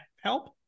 help